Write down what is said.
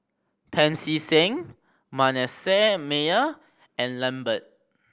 Pancy Seng Manasseh Meyer and Lambert